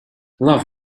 love